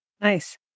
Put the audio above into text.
Nice